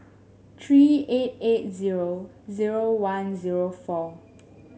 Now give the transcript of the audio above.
three eight eight zero zero one zero four